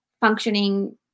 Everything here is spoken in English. functioning